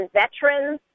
veterans